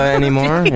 anymore